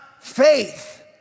faith